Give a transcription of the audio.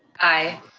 aye.